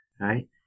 right